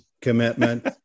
commitment